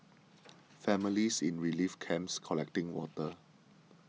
families in relief camps collecting water